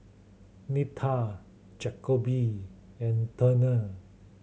Nita Jacoby and Turner